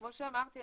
כמו שאמרתי,